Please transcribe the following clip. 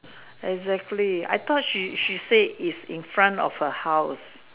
exactly I thought she she said is in front of her house